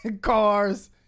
Cars